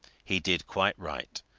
he did quite right.